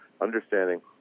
understanding